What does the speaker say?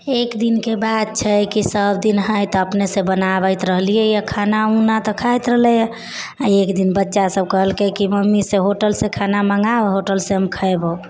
एक दिनके बात छै कि सब दिन नाहित अपने से बनाबैत राहलिऐ हँ खाना उना तऽ खाइत रहलैए आ एक दिन बच्चा सब कहलकै कि मम्मी से होटल से खाना मँगाओ से होटल से हम खैबौ